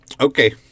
okay